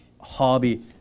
hobby